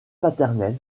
paternel